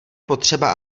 potřeba